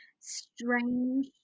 strange